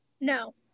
No